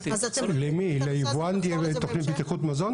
אבל אומרת פנינה אנחנו רוצים בכל זאת איזה תהליך של בקרה.